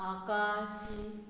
आक्षी